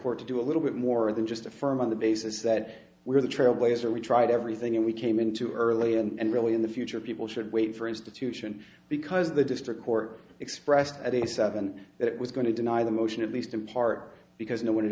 court to do a little bit more than just affirm on the basis that we are the trailblazer we tried everything we came in too early and really in the future people should wait for institution because the district court expressed at eighty seven that it was going to deny the motion of least in part because no